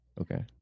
Okay